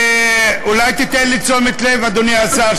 אולי תיתן לי תשומת לב, אדוני השר?